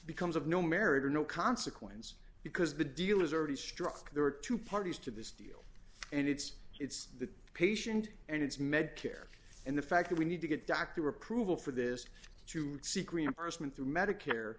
becomes of no merit or no consequence because the deal is already struck there are two parties to this deal and it's it's the patient and it's medicare and the fact that we need to get doctor approval for this to seek reimbursement through medicare